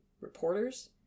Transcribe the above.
Reporters